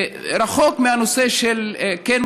רחוק מהנושא של צווי ההריסה,